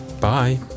bye